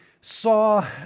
saw